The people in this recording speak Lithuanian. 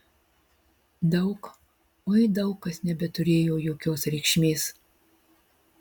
daug oi daug kas nebeturėjo jokios reikšmės